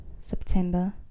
September